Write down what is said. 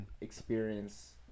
experience